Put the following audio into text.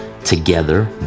together